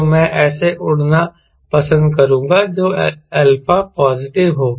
तो मैं ऐसे उड़ना पसंद करूंगा जो α पॉजिटिव हो